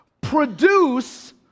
produce